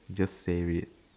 just say it